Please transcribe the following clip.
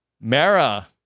Mara